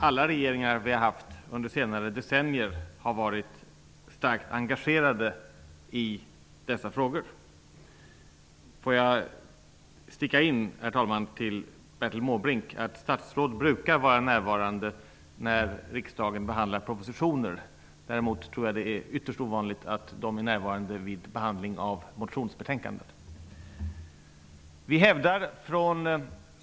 Alla regeringar under senare decennier har varit starkt engagerade i dessa frågor. Herr talman! Till Bertil Måbrink vill jag säga att statsråd brukar vara närvarande när riksdagen behandlar propositioner. Däremot är det ytterst ovanligt att de är närvarande vid behandling av motionsbetänkanden.